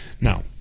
now